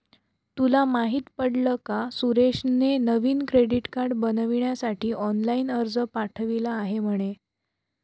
तुला माहित पडल का सुरेशने नवीन क्रेडीट कार्ड बनविण्यासाठी ऑनलाइन अर्ज पाठविला आहे म्हणे